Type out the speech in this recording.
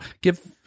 give